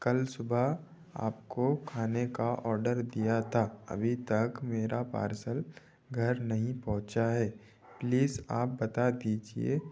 कल सुबह आपको खाने का ऑर्डर दिया था अभी तक मेरा पार्सल घर नहीं पहुंचा है प्लीज आप बता दीजिए